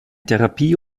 therapie